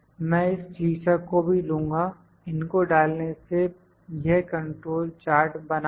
मैं इस शीर्षक को भी लूँगा इनको डालने से यह कंट्रोल चार्ट बना है